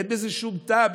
אין בזה שום טעם,